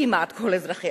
כמעט כל אזרחיה,